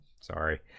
sorry